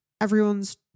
everyone's